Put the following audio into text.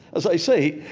as i say,